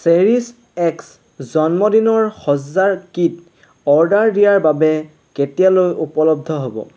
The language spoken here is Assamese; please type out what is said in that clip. চেৰিছ এক্স জন্মদিনৰ সজ্জাৰ কিট অৰ্ডাৰ দিয়াৰ বাবে কেতিয়ালৈ উপলব্ধ হ'ব